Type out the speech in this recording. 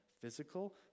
physical